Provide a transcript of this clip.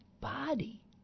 body